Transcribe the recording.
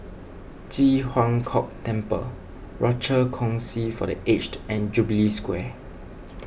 Ji Huang Kok Temple Rochor Kongsi for the Aged and Jubilee Square